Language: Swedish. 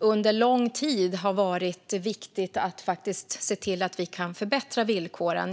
under lång tid varit viktigt att se till att vi kan förbättra villkoren.